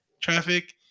traffic